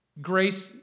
grace